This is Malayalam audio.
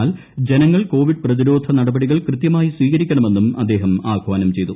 എന്നാൽ ജനങ്ങൾ കോവിഡ് പ്രതിരോധ നടപടികൾ കൃത്യമായി സ്വീകരിക്കണമെന്നും അദ്ദേഹം ആഹ്വാനം ചെയ്തു